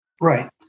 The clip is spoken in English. Right